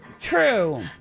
True